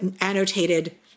annotated